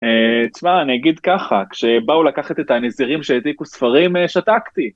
תשמע אני אגיד ככה, כשבאו לקחת את הנזירים שהעתיקו ספרים שתקתי.